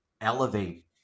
elevate